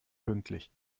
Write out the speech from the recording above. pünktlich